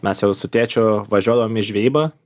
mes jau su tėčiu važiuodavom į žvejybą